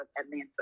Atlanta